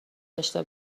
داشته